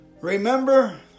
Remember